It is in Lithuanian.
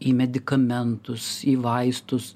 į medikamentus į vaistus